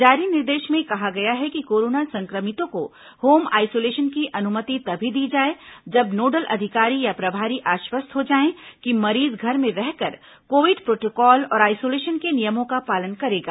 जारी निर्देश में कहा गया है कि कोरोना संक्रमितों को होम आइसोलेशन की अनुमति तभी दी जाए जब नोडल अधिकारी या प्रभारी आश्वस्त हो जाएं कि मरीज घर में रहकर कोविड प्रोटोकॉल और आइसोलेशन के नियमों का पालन करेगा